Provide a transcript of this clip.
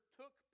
took